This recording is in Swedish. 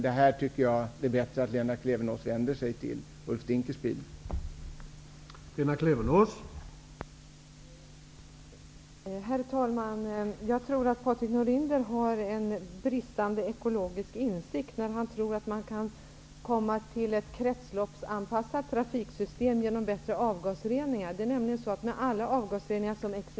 Det är bättre att Lena Klevenås vänder sig till Ulf Dinkelspiel när det gäller dessa frågor.